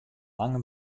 lange